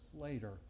later